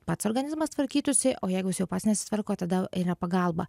pats organizmas tvarkytųsi o jeigu jis jau pats nesitvarko tada yra pagalba